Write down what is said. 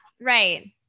Right